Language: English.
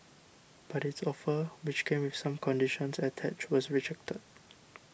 but its offer which came with some conditions attached was rejected